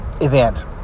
Event